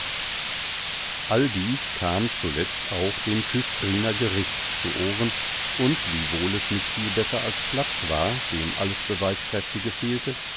all dies kam zuletzt auch dem küstriner gericht zu ohren und wiewohl es nicht viel besser als klatsch war dem alles beweiskräftige fehlte